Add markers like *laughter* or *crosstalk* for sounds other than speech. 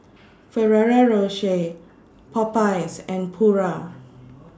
*noise* Ferrero Rocher Popeyes and Pura